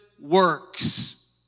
works